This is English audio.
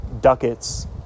ducats